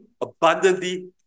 abundantly